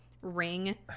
ring